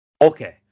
Okay